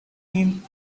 him